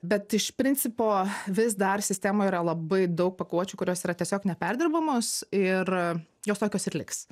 bet iš principo vis dar sistemoje yra labai daug pakuočių kurios yra tiesiog neperdirbamos ir jos tokios ir liks